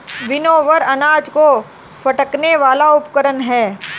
winnower अनाज को फटकने वाला उपकरण है